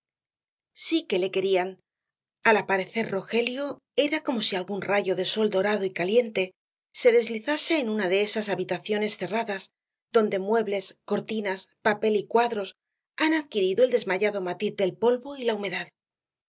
sí que le querían al aparecer rogelio era como si algún rayo de sol dorado y caliente se deslizase en una de esas habitaciones cerradas donde muebles cortinas papel y cuadros han adquirido el desmayado matiz del polvo y la humedad